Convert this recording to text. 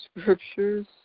scriptures